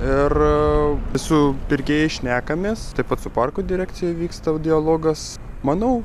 ir su pirkėjais šnekamės taip pat su parko direkcija vyksta dialogas manau